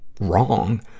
wrong